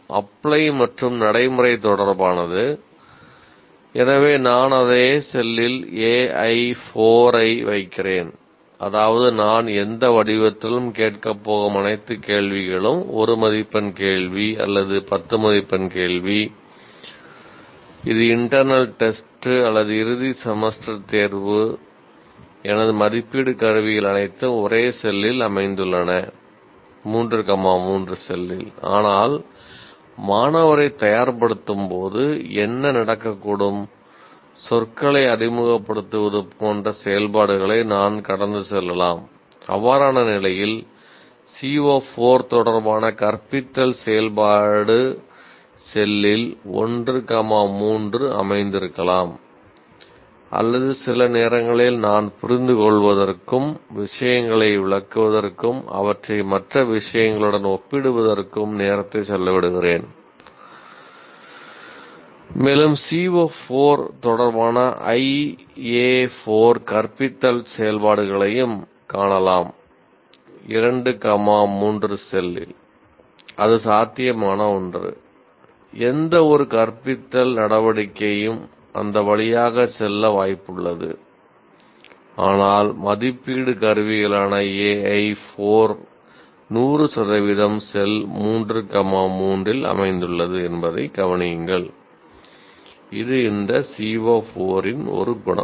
apply ல் அமைந்துள்ளது என்பதை கவனியுங்கள் இது இந்த CO4 இன் ஒரு குணம்